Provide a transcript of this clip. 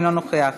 אינו נוכח,